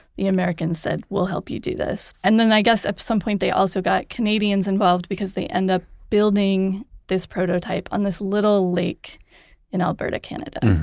the americans, said, we'll help you do this. and then i guess at some point they also got canadians involved because they end up building this prototype on this little lake in alberta, canada